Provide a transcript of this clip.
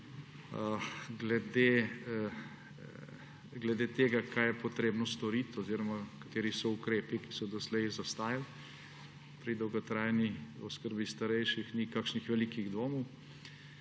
Glede tega, kaj je treba storiti oziroma kateri so ukrepi, ki so doslej zaostajali, pri dolgotrajni oskrbi starejših ni kakšnih velikih dvomov.